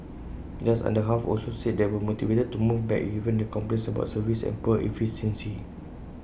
just under half also said they were motivated to move back given the complaints about service and poor efficiency